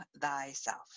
thyself